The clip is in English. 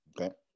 Okay